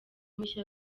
mushya